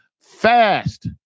fast